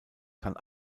kann